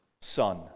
son